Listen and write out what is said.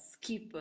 skip